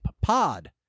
pod